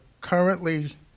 currently